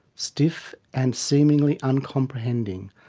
stiff and seemingly uncomprehending,